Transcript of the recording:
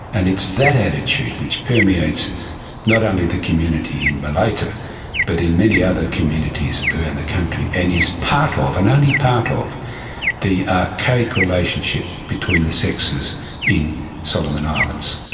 and it's that attitude which permeates not only the community in malaita but in many other communities around and the country, and is part of and only part of the archaic relationship between the sexes in solomon islands.